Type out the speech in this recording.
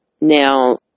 Now